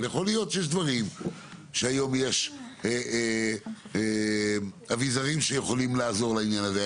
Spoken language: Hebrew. אבל יכול להיות שיש דברים שהיום יש אביזרים שיכולים לעזור לעניין הזה.